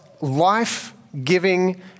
life-giving